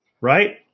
right